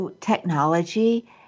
technology